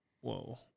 Whoa